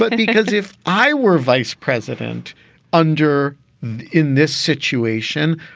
but because if i were vice president under in this situation,